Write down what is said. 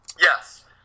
Yes